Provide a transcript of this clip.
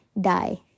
die